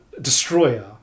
destroyer